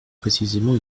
précisément